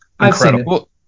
incredible